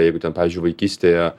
jeigu ten pavyzdžiui vaikystėje